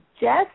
Jess